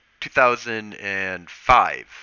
2005